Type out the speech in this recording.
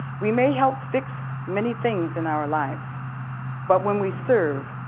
we may help fix many things in our lives but when we serve,